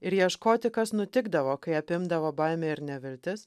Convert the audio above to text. ir ieškoti kas nutikdavo kai apimdavo baimė ir neviltis